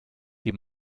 die